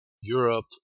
Europe